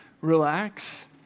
relax